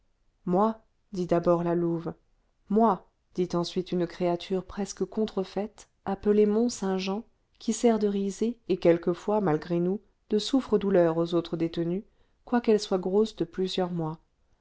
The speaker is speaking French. moi dit d'abord la louve moi dit ensuite une créature presque contrefaite appelée mont-saint-jean qui sert de risée et quelquefois malgré nous de souffre-douleur aux autres détenues quoiqu'elle soit grosse de plusieurs mois